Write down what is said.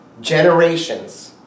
generations